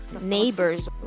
neighbors